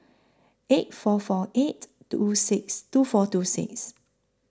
eight four four eight two six two four two six